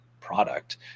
product